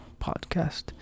podcast